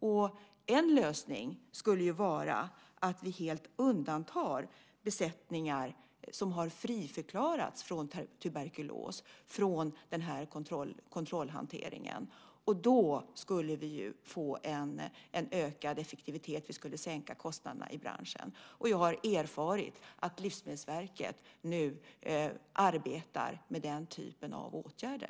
Och en lösning skulle vara att vi helt undantar besättningar som har friförklarats från tuberkulos från den här kontrollhanteringen. Då skulle vi få en ökad effektivitet, och vi skulle sänka kostnaderna i branschen. Och jag har erfarit att Livsmedelsverket nu arbetar med den typen av åtgärder.